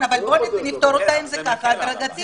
אבל בואו נפתור הדרגתי.